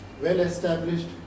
well-established